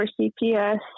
CPS